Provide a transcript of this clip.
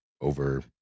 over